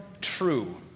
true